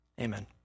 Amen